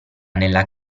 nella